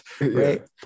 right